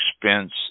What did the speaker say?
expense